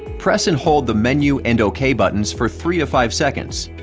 press and hold the menu and ok buttons for three to five seconds.